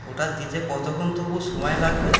ওটা দিতে কতক্ষণ তবুও সময় লাগবে